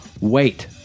wait